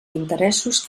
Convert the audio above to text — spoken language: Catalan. interessos